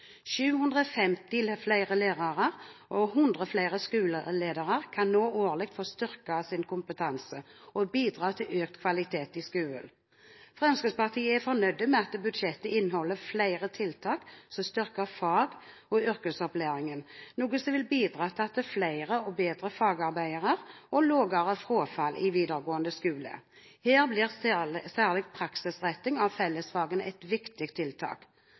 750 flere lærere og 100 flere skoleledere kan nå årlig få styrket sin kompetanse og bidra til økt kvalitet i skolen. Fremskrittspartiet er fornøyd med at budsjettet inneholder flere tiltak som styrker fag- og yrkesopplæringen, noe som vil bidra til flere og bedre fagarbeidere og lavere frafall i videregående skole. Her blir særlig praksisretting av fellesfagene et viktig tiltak.